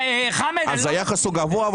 אז היחס הוא גבוה,